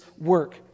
work